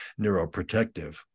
neuroprotective